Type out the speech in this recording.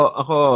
ako